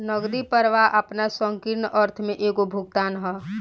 नगदी प्रवाह आपना संकीर्ण अर्थ में एगो भुगतान ह